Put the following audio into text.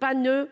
pas ne.